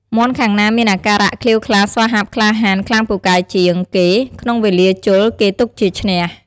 មាន់ខាងណាមានអាការៈក្លៀវក្លាស្វាហាប់ក្លាហាន ខ្លាំងពូកែជាងគេ ក្នុងវេលាជល់ គេទុកជាឈ្នះ ។